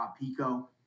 Pico